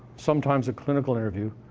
sometimes a clinical interview,